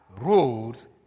rules